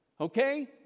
Okay